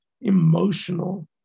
emotional